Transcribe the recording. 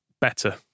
better